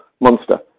Monster